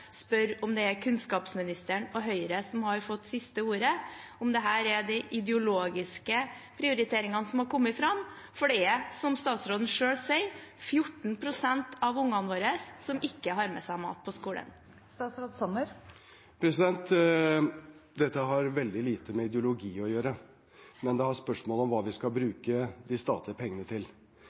de ideologiske prioriteringene som har kommet fram. For som statsråden selv sier, er det 14 pst. av ungene våre som ikke har med seg mat på skolen. Dette har veldig lite med ideologi å gjøre, men det er spørsmål om hva vi skal bruke de statlige pengene til.